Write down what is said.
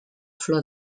flor